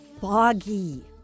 foggy